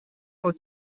for